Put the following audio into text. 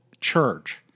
church